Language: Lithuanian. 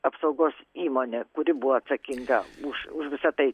apsaugos įmonė kuri buvo atsakinga už už visa tai